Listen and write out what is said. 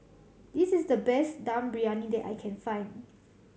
this is the best Dum Briyani that I can find